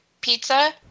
pizza